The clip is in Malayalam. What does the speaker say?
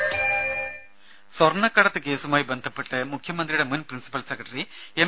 രുര സ്വർണക്കടത്തുകേസുമായി ബന്ധപ്പെട്ട് മുഖ്യമന്ത്രിയുടെ മുൻ പ്രിൻസിപ്പൽ സെക്രട്ടറി എം